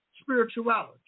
spirituality